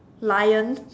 lion